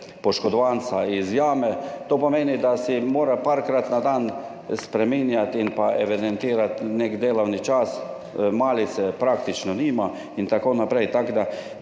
poškodovanca iz jame, to pomeni, da si mora parkrat na dan spreminjati in evidentirati nek delovni čas, malice praktično nima in tako naprej,